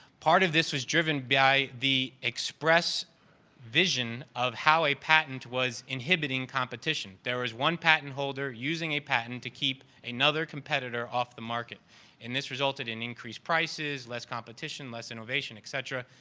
part of this was driven by the expressed vision of how a patent was inhibiting competition. there is one patent holder using a patent to keep another competitor off the market and this resulted in increased prices, less competition, less innovation etcetera.